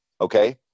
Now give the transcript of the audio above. Okay